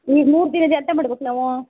ಈ ಮೂರು ದಿನದ್ದು ಎಂತ ಮಾಡ್ಬೇಕ್ ನಾವು